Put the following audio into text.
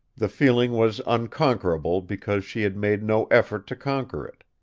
the feeling was unconquerable because she had made no effort to conquer it.